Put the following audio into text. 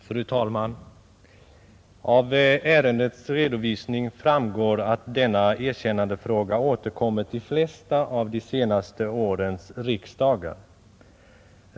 Fru talman! Av ärendets redovisning framgår att denna erkännandefråga återkommit vid de flesta av de senaste årens riksdagar.